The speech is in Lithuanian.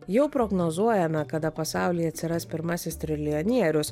jau prognozuojama kada pasaulyje atsiras pirmasis trilijonierius